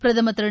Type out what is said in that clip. பிரதமர் திரு